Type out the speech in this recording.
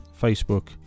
Facebook